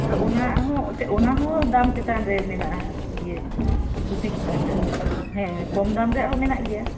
ᱟᱫᱚ ᱚᱱᱟ ᱦᱚᱸ ᱮᱱᱛᱮᱫ ᱚᱱᱟ ᱦᱚᱸ ᱫᱟᱢ ᱪᱮᱛᱟᱱ ᱨᱮ ᱢᱮᱱᱟᱜᱼᱟ ᱤᱭᱟᱹ ᱠᱩᱥᱤ ᱪᱮᱛᱟᱱ ᱨᱮ ᱦᱮᱸ ᱠᱚᱢ ᱫᱟᱢ ᱨᱮᱭᱟᱜ ᱦᱚᱸ ᱢᱮᱱᱟᱜ ᱜᱮᱭᱟ